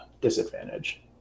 disadvantage